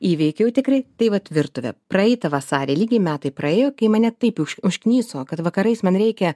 įveikiau tikrai tai vat virtuvę praeitą vasarį lygiai metai praėjo kai mane taip užkniso kad vakarais man reikia